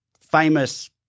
famous